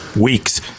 Weeks